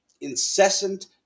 incessant